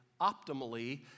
optimally